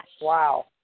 Wow